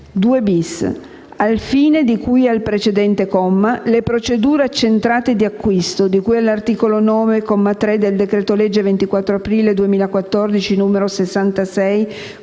«2-*bis*. Al fine di cui al precedente comma, le procedure accentrate di acquisto di cui all'articolo 9, comma 3, del decreto-legge 24 aprile 2014, n. 66,